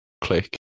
Click